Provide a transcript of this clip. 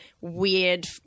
weird